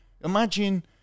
imagine